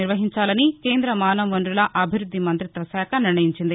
నిర్వహించాలని కేంద్ర మానవ వనరుల అభివృద్ది మంతిత్వ శాఖ నిర్ణయించింది